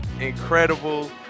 incredible